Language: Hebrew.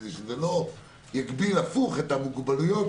כדי שלא יגביל הפוך את האנשים עם מוגבלויות